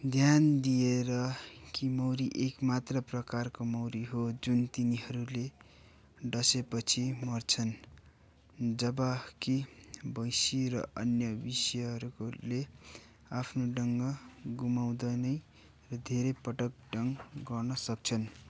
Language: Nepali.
ध्यान दिएर कि मौरी एक मात्र प्रकारको मौरी हो जुन तिनीहरूले डसेपछि मर्छन् जब कि भैँसी र अन्य विषयहरूकोले आफ्नो डङ्क गुमाउँदा नै र धेरै पटक डङ्क गर्न सक्छन्